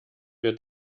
wir